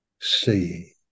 See